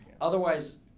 Otherwise